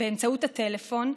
באמצעות הטלפון,